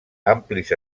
amplis